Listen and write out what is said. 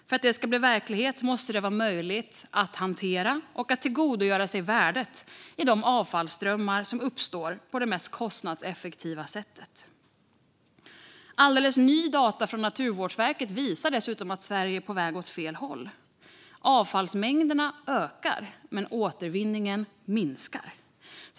För att det ska bli verklighet måste det vara möjligt att hantera - och tillgodogöra sig värdet i - de avfallsströmmar som uppstår på det mest kostnadseffektiva sättet. Alldeles nya data från Naturvårdsverket visar dessutom att Sverige är på väg åt fel håll. Avfallsmängderna ökar, men återvinningen minskar.